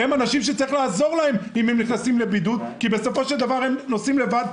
הם אנשים שצריך לעזור להם אם הם נכנסים לבידוד,